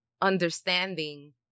understanding